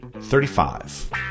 Thirty-five